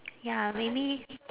ya maybe